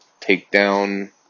takedown